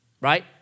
right